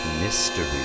Mystery